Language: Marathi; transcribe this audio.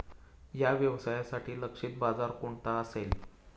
या व्यवसायासाठी लक्षित बाजार कोणता असेल?